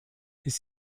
his